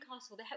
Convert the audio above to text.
castle